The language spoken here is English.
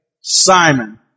Simon